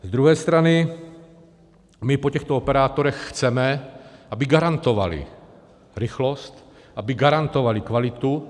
Z druhé strany po těchto operátorech chceme, aby garantovali rychlost, aby garantovali kvalitu.